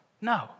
No